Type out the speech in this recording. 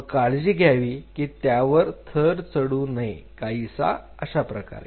व काळजी घ्यावी की त्यावर थर चढू नये काहीसा अशाप्रकारे